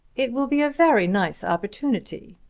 it will be a very nice opportunity,